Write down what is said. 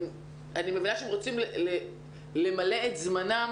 אני מבינה שהם רוצים למלא את זמנם